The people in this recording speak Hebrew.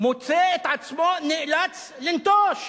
מוצא את עצמו נאלץ לנטוש,